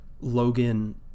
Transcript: Logan